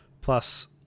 plus